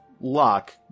lock